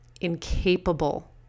incapable